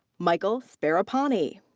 michael sparapany.